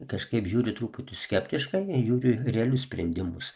kažkaip žiūriu truputį skeptiškai jų ru realius sprendimus